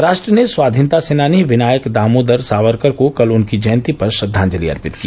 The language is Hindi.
राष्ट्र ने स्वाधीनता सेनानी विनायक दामोदर सावरकर को कल उनकी जयन्ती पर श्रद्वाजंलि अर्पित किया